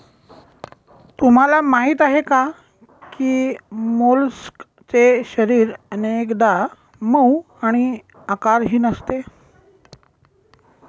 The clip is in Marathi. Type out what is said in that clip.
तुम्हाला माहीत आहे का की मोलस्कचे शरीर अनेकदा मऊ आणि आकारहीन असते